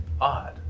odd